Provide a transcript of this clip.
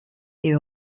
est